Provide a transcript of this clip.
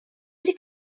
wedi